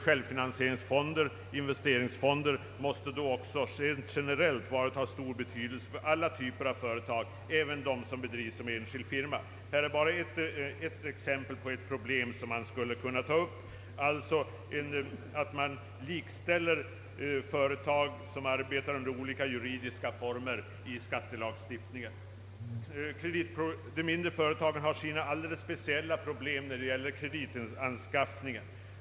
Självfinansieringsfonder och investeringsfonder måste också rent generellt vara av stor betydelse för alla typer av företag, även för sådana typer som drivs som enskild firma. Detta är bara ett exempel på ett problem som skulle kunna tas upp i en utredning, nämligen kravet på att likställa företag som arbetar under olika juridiska former i skattelagstiftningen. De mindre företagen har sina alldeles speciella problem när det gäller kreditanskaffningen.